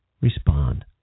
respond